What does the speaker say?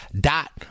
dot